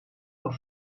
auch